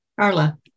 Carla